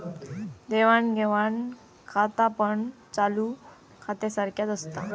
देवाण घेवाण खातापण चालू खात्यासारख्याच असता